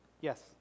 yes